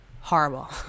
horrible